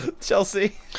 chelsea